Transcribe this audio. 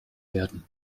werden